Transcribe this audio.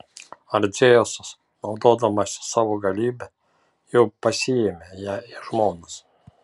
ar dzeusas naudodamasis savo galybe jau pasiėmė ją į žmonas